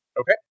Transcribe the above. Okay